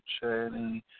chatting